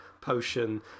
potion